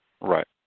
Right